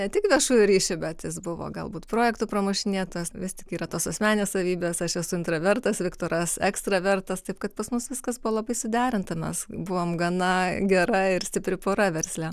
ne tik viešųjų ryšių bet jis buvo galbūt projektų pramušinėtojas vis tik yra tas asmeninės savybės aš esu intravertas viktoras ekstravertas taip kad pas mus viskas buvo labai suderinta mes buvom gana gera ir stipri pora versle